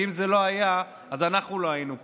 כי אם זה לא היה, אז אנחנו לא היינו פה.